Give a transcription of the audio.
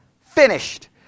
Finished